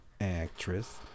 actress